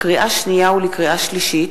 לקריאה שנייה ולקריאה שלישית: